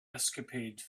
escapade